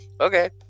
okay